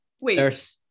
wait